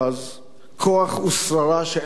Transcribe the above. כוח ושררה שאין להם מקום.